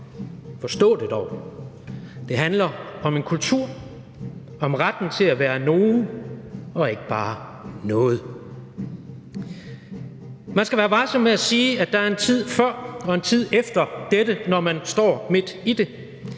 Forstå det dog. Det handler om en kultur og om retten til at være nogen og ikke bare noget. Man skal være varsom med at sige, at der er en tid før og en tid efter dette, når man står midt i det,